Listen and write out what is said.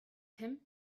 him